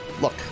Look